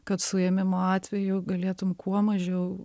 kad suėmimo atveju galėtum kuo mažiau